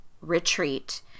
retreat